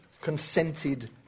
consented